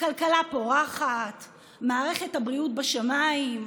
הכלכלה פורחת, מערכת הבריאות בשמיים,